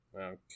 Okay